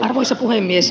arvoisa puhemies